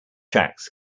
tracks